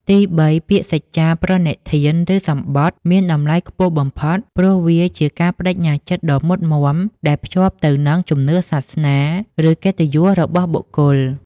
ទីបី ពាក្យសច្ចាប្រណិធាន ឬសម្បថ មានតម្លៃខ្ពស់បំផុត ព្រោះវាជាការប្ដេជ្ញាចិត្តដ៏មុតមាំដែលភ្ជាប់ទៅនឹងជំនឿសាសនា ឬកិត្តិយសរបស់បុគ្គល។